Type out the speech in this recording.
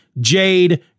Jade